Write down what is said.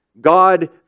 God